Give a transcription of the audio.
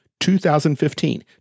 2015